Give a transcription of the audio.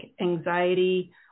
anxiety